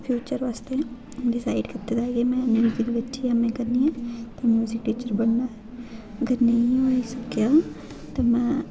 future आस्तै में decide कीते दा ऐ कि में म्युजिक बिच ई ऐम्म ए करनी ऐ ते म्युजिक टीचर बनना ऐ अगर नेईं होई सकेआ ते में